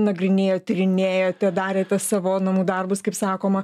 nagrinėjot tyrinėjote darėte savo namų darbus kaip sakoma